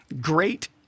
Great